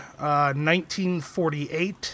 1948